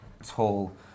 tall